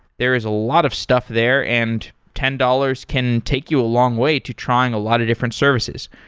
there is a lot of stuff there and ten dollars can take you a long way to trying a lot of different services.